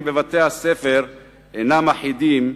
מההורים בבתי-הספר אינם אחידים,